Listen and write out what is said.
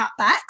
cutbacks